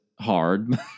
hard